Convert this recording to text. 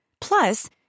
Plus